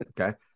Okay